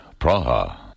Praha